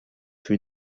für